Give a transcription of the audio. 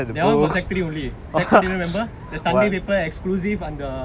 that [one] for secondary three only secondary four do you remember the sunday paper exclusive on the